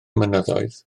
mynyddoedd